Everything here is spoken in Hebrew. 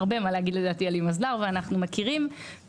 הרבה מה להגיד לדעתי על ׳Imazlar׳ ואנחנו מכירים את זה.